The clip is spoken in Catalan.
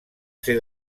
ser